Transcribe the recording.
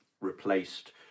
replaced